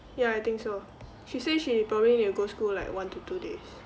ya I think so she say she probably need to go school like one to two days